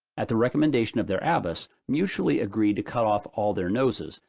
at the recommendation of their abbess, mutually agreed to cut off all their noses,